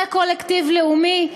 כקולקטיב לאומי,